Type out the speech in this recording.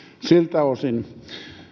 siltä osin